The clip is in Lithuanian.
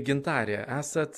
gintarė esat